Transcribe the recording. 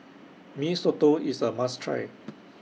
Mee Soto IS A must Try